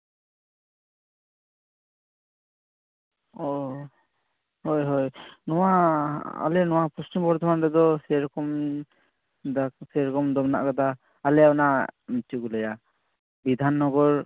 ᱚ ᱦᱳᱭ ᱦᱳᱭ ᱱᱚᱣᱟ ᱟᱞᱮ ᱱᱚᱣᱟ ᱯᱚᱥᱪᱤᱢ ᱵᱚᱨᱫᱷᱚᱢᱟᱱ ᱨᱮᱫᱚ ᱥᱮᱨᱚᱠᱚᱢ ᱥᱮᱨᱚᱠᱚᱢ ᱫᱚ ᱢᱮᱱᱟᱜ ᱠᱟᱫᱟ ᱟᱞᱮ ᱚᱱᱟ ᱪᱮᱫ ᱠᱚ ᱞᱟᱹᱭᱟ ᱵᱤᱫᱷᱟᱱ ᱱᱚᱜᱚᱨ ᱥᱚᱨᱠᱟᱨᱤ ᱦᱚᱥᱯᱤᱴᱟᱞ ᱦᱮᱱᱟᱜ ᱠᱟᱫᱟ